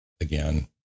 again